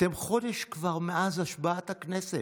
אתם כבר חודש מאז השבעת הכנסת,